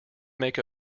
make